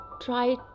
try